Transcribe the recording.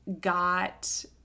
got